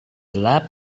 gelap